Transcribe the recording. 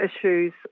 issues